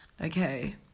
Okay